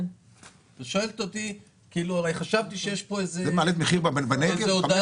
זה מעלה את המחיר בנגב?